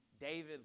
David